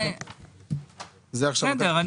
בסדר.